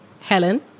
helen